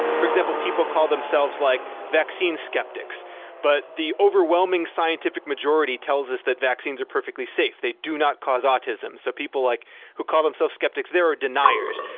for example, people call themselves like vaccine skeptics but the overwhelming scientific majority tells us that vaccines are perfectly safe. they do not cause autism. so people like who call themselves skeptics there are deniers.